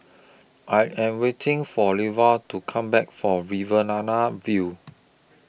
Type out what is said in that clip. I Am waiting For Lovie to Come Back For View